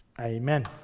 amen